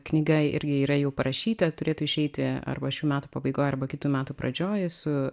knyga irgi yra jau parašyta turėtų išeiti arba šių metų pabaigoj arba kitų metų pradžioj su